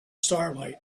starlight